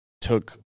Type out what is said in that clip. took